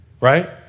right